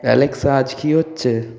Alexa আজ কী হচ্ছে